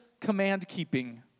command-keeping